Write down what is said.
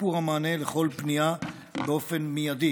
לשיפור המענה לכל פנייה באופן מיידי.